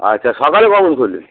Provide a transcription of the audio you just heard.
আচ্ছা সকালে কখন খোলেন